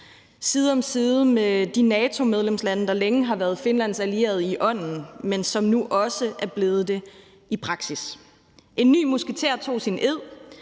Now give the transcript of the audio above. side om side med de NATO-medlemslande, der længe har været Finlands allierede i ånden, men som nu også er blevet det i praksis. En ny musketer tog sin ed